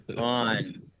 on